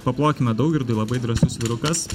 paplokime daugirdui labai drąsus vyrukas